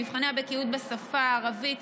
מבחני בקיאות בשפות ערבית,